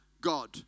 God